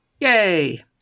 Yay